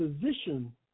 position